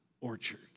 orchard